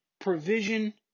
provision